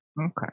Okay